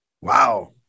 Wow